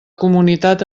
comunitat